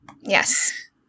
Yes